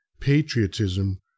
patriotism